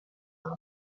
habe